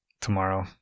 tomorrow